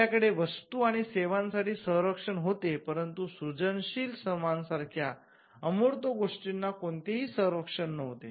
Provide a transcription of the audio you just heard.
आपल्याकडे वस्तू आणि सेवांसाठी संरक्षण होते परंतु सृजनशील श्रमांसारख्या अमूर्त गोष्टींना कोणतेही संरक्षण नव्हते